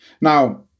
Now